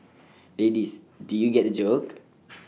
ladies did you get the joke